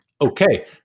Okay